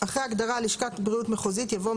אחרי ההגדרה "לשכת בריאות מחוזית" יבוא: